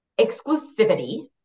Exclusivity